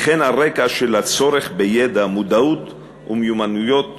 וכן על רקע של הצורך בידע, מודעות ומיומנויות